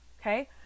Okay